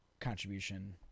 contribution